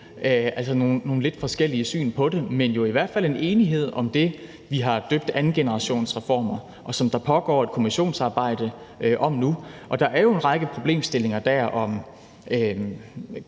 se nogle lidt forskellige syn på det. Men der er jo i hvert fald en enighed om det, vi har døbt andengenerationsreformer, og som der pågår et kommissionsarbejde om nu. Og der er jo en række problemstillinger dér om